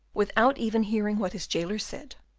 without even hearing what his jailer said,